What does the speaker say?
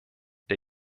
der